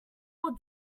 all